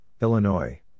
Illinois